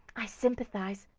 i sympathize.